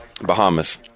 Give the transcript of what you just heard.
Bahamas